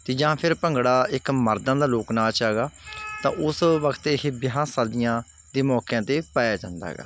ਅਤੇ ਜਾਂ ਫਿਰ ਭੰਗੜਾ ਇੱਕ ਮਰਦਾਂ ਦਾ ਲੋਕ ਨਾਚ ਹੈਗਾ ਤਾਂ ਉਸ ਵਕਤ ਇਹ ਵਿਆਹ ਸ਼ਾਦੀਆਂ ਦੇ ਮੌਕਿਆਂ 'ਤੇ ਪਾਇਆ ਜਾਂਦਾ ਹੈਗਾ